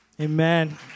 Amen